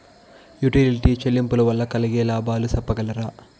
Utility చెల్లింపులు వల్ల కలిగే లాభాలు సెప్పగలరా?